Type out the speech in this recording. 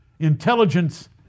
intelligence